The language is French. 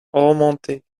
remontait